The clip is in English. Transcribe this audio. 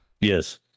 Yes